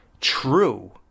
True